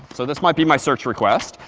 so this might be my search request.